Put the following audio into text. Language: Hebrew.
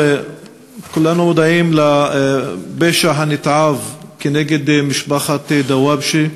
נא לעלות לדוכן על מנת להשיב על שאילתה דחופה מס'